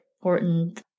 important